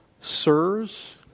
Sirs